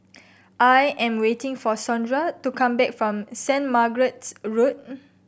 I am waiting for Sondra to come back from Saint Margaret's Road